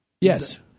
Yes